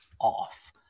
off